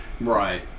right